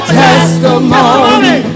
testimony